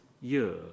year